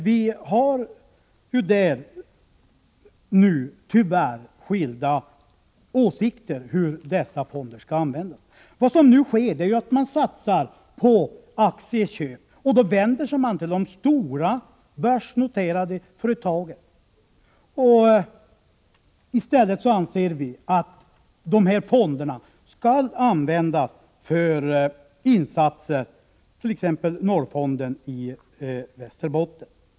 Vi har nu tyvärr skilda åsikter om hur dessa fonder skall användas. Vad som nu sker är att man satsar på aktieköp, och då vänder man sig till de stora börsnoterade företagen. Vi anser att fonderna i stället skall användas för regionala insatser, t.ex. Norrfonden i Västerbotten.